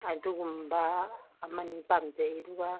ꯑꯗꯨꯒꯨꯝꯕ ꯑꯃꯅꯤ ꯄꯥꯝꯖꯩ ꯑꯗꯨꯒ